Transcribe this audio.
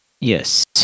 Yes